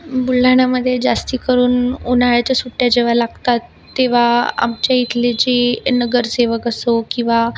बुलढाण्यामध्ये जास्ती करून उन्हाळ्याच्या सुट्ट्या जेव्हा लागतात तेव्हा आमच्या इथली जी नगरसेवक असो किंवा